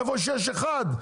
איפה שיש אחד.